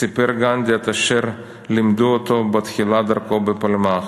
סיפר גנדי את אשר לימדו אותו בתחילת דרכו בפלמ"ח.